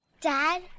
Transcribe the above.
Dad